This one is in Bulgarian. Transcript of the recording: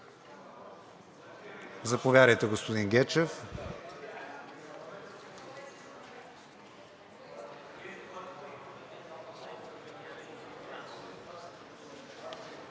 Заповядайте, господин Гечев.